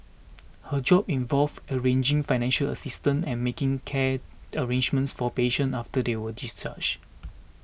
her job involves arranging financial assistance and making care arrangements for patients after they are discharged